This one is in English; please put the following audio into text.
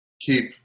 keep